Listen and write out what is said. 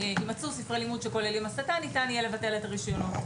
יימצאו ספרי לימוד שכוללים הסתה ניתן יהיה לבטל את הרישיונות.